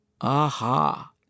Aha